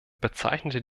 bezeichnete